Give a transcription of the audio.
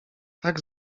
tak